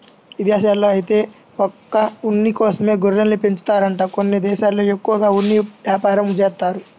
ఇదేశాల్లో ఐతే ఒక్క ఉన్ని కోసమే గొర్రెల్ని పెంచుతారంట కొన్ని దేశాల్లో ఎక్కువగా ఉన్ని యాపారం జేత్తారు